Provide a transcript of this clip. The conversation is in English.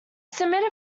submitted